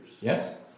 Yes